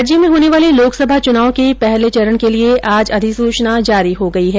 राज्य में होने वाले लोकसभा चुनाव के पहले चरण के लिए आज अधिसूचना जारी हो गई है